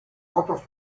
otros